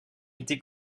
été